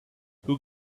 who